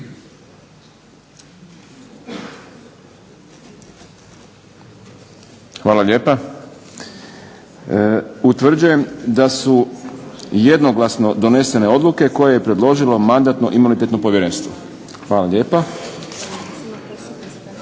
Hvala lijepa. Utvrđujem da su jednoglasno donesene odluke koje je predložilo Mandatno-imunitetno povjerenstvo. Imate još zahtjeva,